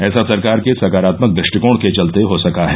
ऐसा सरकार के सकारात्मक दृष्टिकोण के चलते हो सका है